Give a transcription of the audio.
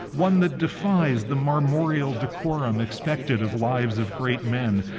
one that defies the marmoreal decorum expected of lives of great men.